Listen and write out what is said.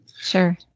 Sure